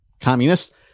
communists